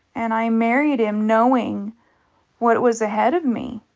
and i married him knowing what was ahead of me.